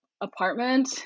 apartment